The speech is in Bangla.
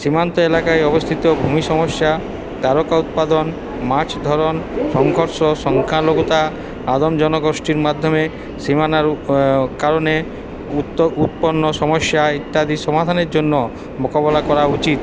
সীমান্ত এলাকায় অবস্থিত ভূমি সমস্যা তারকা উৎপাদন মাছ ধরন সংঘর্ষ সংখ্যালঘুতা আদন জনগোষ্ঠীর মাধ্যমে সীমানার কারণে উত্ত উৎপন্ন সমস্যা ইত্যাদি সমাধানের জন্য মোকাবিলা করা উচিত